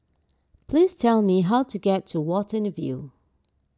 please tell me how to get to Watten View